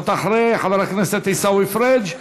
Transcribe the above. את אחרי חבר הכנסת עיסאווי פריג',